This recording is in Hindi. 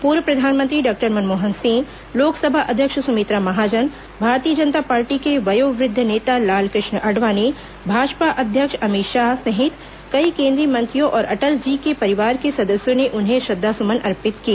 पूर्व प्रधानमंत्री डॉक्टर मनमोहन सिंह लोकसभा अध्यक्ष सुमित्रा महाजन भारतीय जनता पार्टी के वयोवृद्ध नेता लालकृष्ण आडवाणी भाजपा अध्यक्ष अमित शाह सहित कई केंद्रीय मंत्रियों और अटल जी के परिवार के सदस्यों ने उन्हें श्रद्वासुमन अर्पित किए